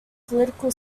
political